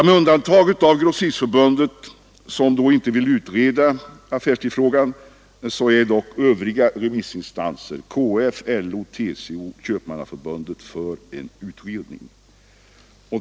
Med undantag av Grossistförbundet — som inte vill utreda affärstidsfrågan — är övriga remissinstanser, KF, LO, TCO och Köpmannaförbundet, för en utredning.